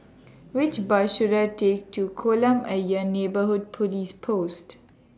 Which Bus should I Take to Kolam Ayer Neighbourhood Police Post